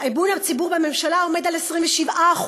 אמון הציבור בממשלה עומד על 27%;